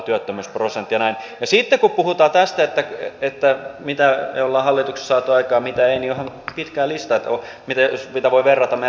ja sitten kun puhutaan tästä että mitä me olemme hallituksessa saaneet aikaan ja mitä emme niin on pitkä lista mitä voi verrata meidän vaaliohjelmaankin